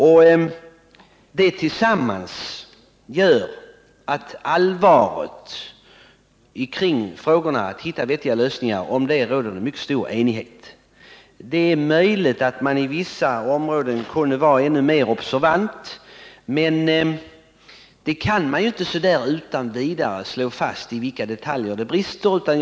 Om angelägenheten av att hitta vettiga lösningar råder det mycket stor enighet. Det är möjligt att man på vissa områden kunde vara ännu mer observant, men det är inte möjligt att utan vidare slå fast i vilka detaljer det brister.